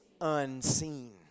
unseen